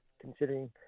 considering